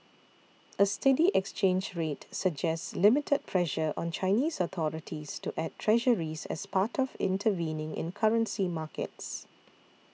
a steady exchange rate suggests limited pressure on Chinese authorities to add Treasuries as part of intervening in currency markets